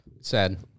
sad